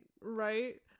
Right